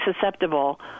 susceptible